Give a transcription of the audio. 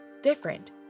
different